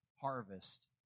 harvest